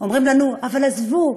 אומרים לנו: אבל עזבו,